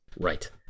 Right